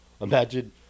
imagine